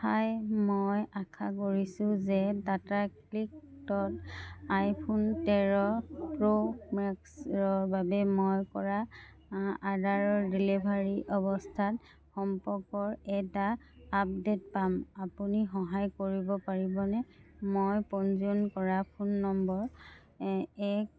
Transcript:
হাই মই আশা কৰিছো যে টাটা ক্লিকত আইফোন তেৰ প্ৰ' মেক্সৰ বাবে মই কৰা আ আৰ্ডাৰৰ ডেলিভাৰী অৱস্থাত সম্পৰ্কৰ এটা আপডে'ট পাম আপুনি সহায় কৰিব পাৰিবনে মই পঞ্জীয়ন কৰা ফোন নম্বৰ এক